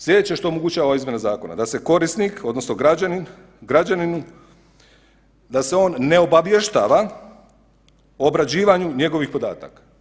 Sljedeće što omogućava izmjena zakona da se korisnik odnosno građanin građaninu da se on ne obavještava o obrađivanju njegovih podataka.